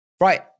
Right